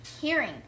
hearing